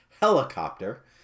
helicopter